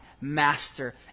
Master